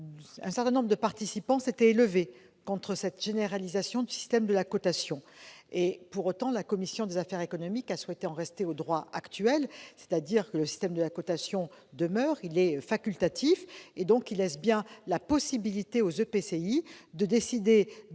un certain nombre de participants s'étaient élevés contre cette généralisation du système de cotation. La commission des affaires économiques a souhaité en rester au droit actuel, c'est-à-dire que le système demeure, mais qu'il soit facultatif. Il laisse donc bien la possibilité aux EPCI de décider